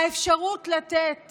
האפשרות לתת